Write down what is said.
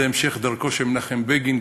זה המשך דרכו של מנחם בגין,